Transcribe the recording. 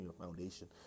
Foundation